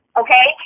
okay